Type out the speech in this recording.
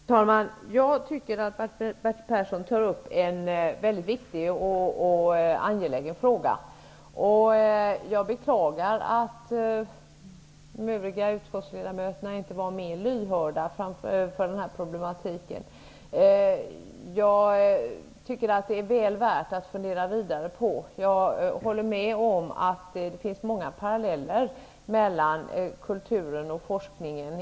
Fru talman! Jag tycker att Bertil Persson tar upp en mycket viktig och angelägen fråga. Jag beklagar att de övriga utskottsledamöterna inte var mer lyhörda för denna problematik. Det är väl värt att fundera vidare på detta. Jag håller med om att det finns många paralleller mellan kulturen och forskningen.